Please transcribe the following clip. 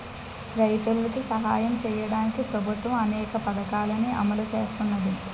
రైతులికి సాయం సెయ్యడానికి ప్రభుత్వము అనేక పథకాలని అమలు సేత్తన్నాది